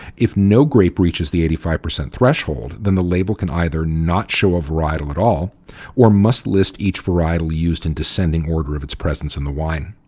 if no grape reaches the eighty five percent threshold, then the label can either not show a varietal at all or must list each varietal used in descending order of its presence in the wine.